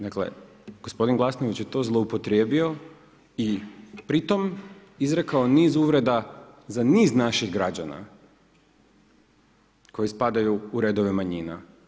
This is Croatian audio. Dakle gospodin Glasnović je to zloupotrijebio i pri tom izrekao niz uvreda za niz naših građana koji spadaju u redove manjina.